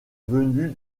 venue